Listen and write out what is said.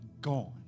gone